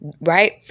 right